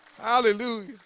Hallelujah